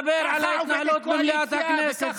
אני מדבר על ההתנהלות במליאת הכנסת,